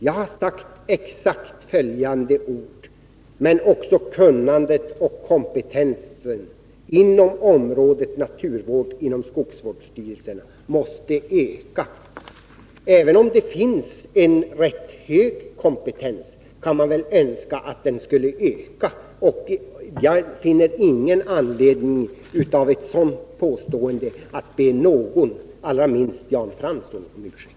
Jag har sagt följande: ”Men också kunnandet och kompetensen inom området naturvård inom skogsvårdsstyrelserna måste öka.” Även om det finns en rätt hög kompetens kan man väl önska att den skall öka. Jag finner ingen anledning att för ett sådant påstående be någon — allra minst Jan Fransson — om ursäkt.